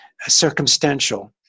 circumstantial